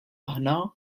aħna